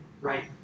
right